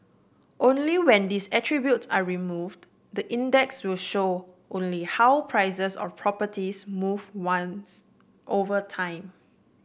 only when these attributes are removed the index will show only how prices of properties move once over time